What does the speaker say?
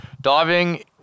Diving